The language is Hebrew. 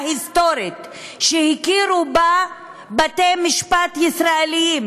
היסטורית שהכירו בה בתי-משפט ישראליים,